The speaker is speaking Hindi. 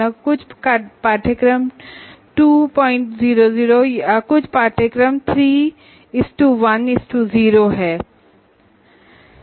कुछ कोर्स 200 हैं या कुछ कोर्स 310 हैं